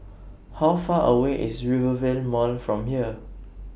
How Far away IS Rivervale Mall from here